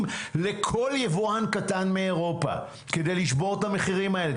לכל יבואן קטן מאירופה כדי לשבור את המחירים האלה.